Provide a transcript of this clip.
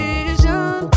Vision